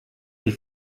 die